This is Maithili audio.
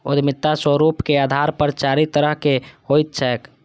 उद्यमिता स्वरूपक आधार पर चारि तरहक होइत छैक